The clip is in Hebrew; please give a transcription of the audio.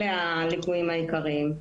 אלה הליקויים העיקריים.